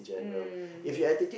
mm yes